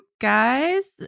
guys